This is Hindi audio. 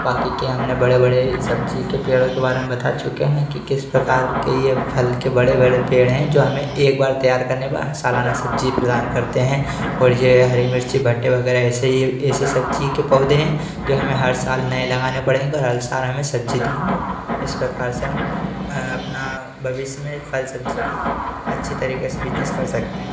बाकी के हमने बड़े बड़े हैं सब्जी के पेड़ों के बारे में बता चुके हैं कि किस प्रकार के यह फल के बड़े बड़े पेड़ हैं जो हमें एक बार तैयार करने पर ही सालाना सब्जी प्रदान करते हैं और यह हरी मिर्ची भट्टे वगैरह ऐसे यह ऐसी सब्जी के पौधे हैं जो हमें हर साल नए लगाने पड़ेंगे और हर सार हमें सब्जी देंगे इस प्रकार से हम अपना भविष्य में फल सब्जी का अच्छी तरीके से बिजनेस कर सकते हैं